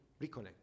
reconnect